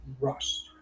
rust